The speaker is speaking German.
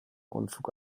unfug